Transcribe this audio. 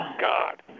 God